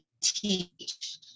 teach